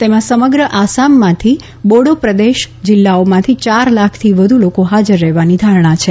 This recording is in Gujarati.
તેમાં સમગ્ર આસામમાંથી અને બોડો પ્રદેશ જિલ્લાઓમાંથી યાર લાખથી વધુ લોકો હાજર રહેવાની ધારણા છે